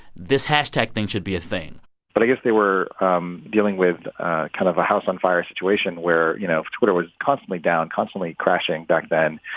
this hashtag thing should be a thing but i guess they were um dealing with kind of a house-on-fire situation where, you know, twitter was constantly down, constantly crashing back then.